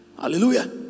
hallelujah